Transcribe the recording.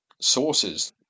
sources